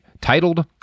titled